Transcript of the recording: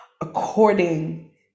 according